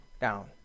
down